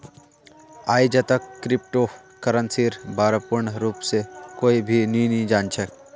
आईजतक क्रिप्टो करन्सीर बा र पूर्ण रूप स कोई भी नी जान छ